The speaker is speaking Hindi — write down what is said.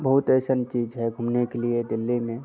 बहुत ऐसी चीज़ें है घूमने के लिए दिल्ली में